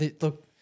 look